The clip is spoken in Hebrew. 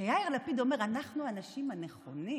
כשיאיר לפיד אומר: אנחנו האנשים הנכונים,